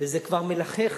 וזה כבר מלחך